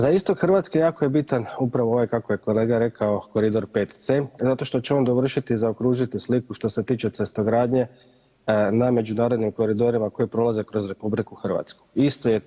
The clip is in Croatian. Za istok Hrvatske jako je bitan upravo ovaj kako je kolega rekao koridor 5C zato što će on dovršiti i zaokružiti sliku što se tiče cestogradnje na međunarodnim koridorima koji prolaze kroz Republiku Hrvatsku.